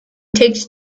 takes